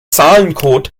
zahlencode